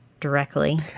directly